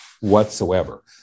whatsoever